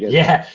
yeah,